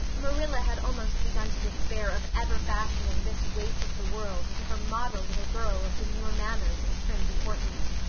marilla had almost begun to despair of ever fashioning this waif of the world into her model little girl of demure manners and prim deportment.